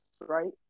right